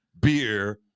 beer